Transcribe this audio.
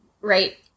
Right